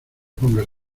pongas